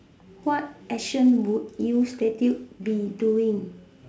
what action would you statue be doing